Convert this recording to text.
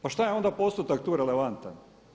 Pa što je onda postotak tu relevantan?